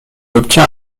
obtient